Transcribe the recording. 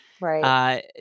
Right